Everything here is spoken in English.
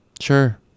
sure